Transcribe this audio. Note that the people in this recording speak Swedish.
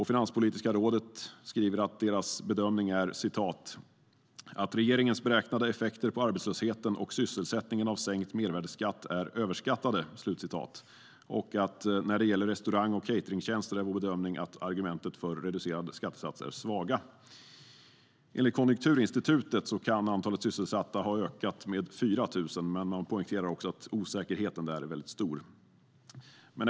Finanspolitiska rådet skriver att deras "bedömning är att regeringens beräknade effekter på arbetslösheten och sysselsättningen av sänkt mervärdesskatt är överskattade" samt att "när det gäller restaurang och cateringtjänster är vår bedömning att argumenten för reducerad skattesats är svaga". Enligt Konjunkturinstitutet kan antalet sysselsatta ha ökat med 4 000, men man poängterar att osäkerheten är stor.